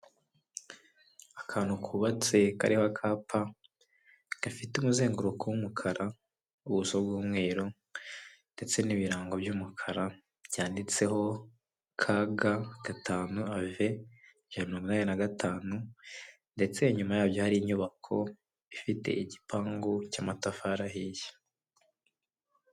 Akantu kubatse kariho akapa gafite umuzenguruko w'umukara, ubuso bw'umweru ndetse n'ibirango by'umukara byanditseho Kaga Gatanu Ave Ijana na mirongo inani na gatanu ndetse inyuma yako hari inyubako ifite igipangu cy'amatafari ahiye.